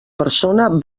persona